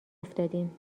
افتادیم